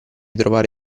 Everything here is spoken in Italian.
trovare